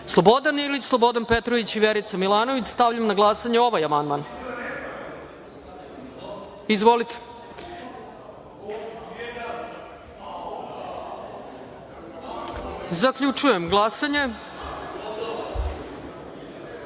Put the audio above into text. Slobodan Ilić, Slobodan Petrović i Verica Milanović. Stavljam na glasanje ovaj amandman. Izvolite. Zaključujem glasanje